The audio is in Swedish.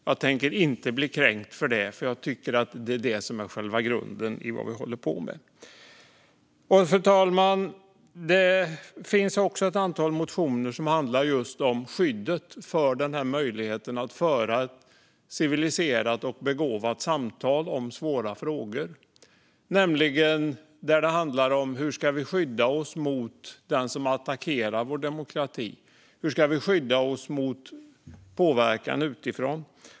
Jag tänker inte bli kränkt för det, för jag tycker att det är det som är själva grunden i vad vi håller på med. Fru talman! Det finns också ett antal motioner som handlar om skyddet för möjligheten att föra ett civiliserat och begåvat samtal om svåra frågor. Det handlar om hur vi ska skydda oss mot den som attackerar vår demokrati och hur vi ska skydda oss från påverkan utifrån.